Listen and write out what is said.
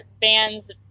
band's